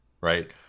right